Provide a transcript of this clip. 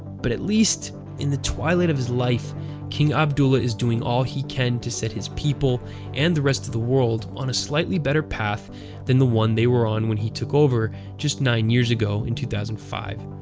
but at least in the twilight of his life king abdullah is doing all he can to set his people and the rest of the world on a slightly better path than the one they were on when he took over just nine years ago in two thousand and five.